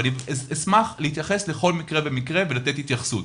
ואני אשמח להתייחס לכל מקרה ומקרה ולתת התייחסות,